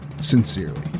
Sincerely